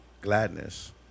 Gladness